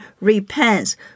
repents